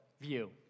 view